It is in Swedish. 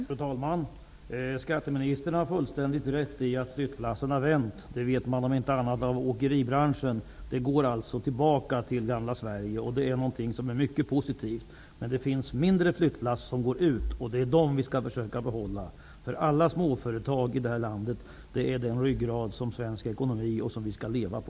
Fru talman! Skatteministern har fullständigt rätt i att flyttlassen har vänt. Det vet man om inte annat inom åkeribranschen. De går tillbaka till gamla Sverige. Det är mycket positivt, men det finns mindre flyttlass som går ut. Det är dem vi skall försöka behålla. Alla småföretag i det här landet är den ryggrad som svensk ekonomi behöver. Det är dem vi skall leva på.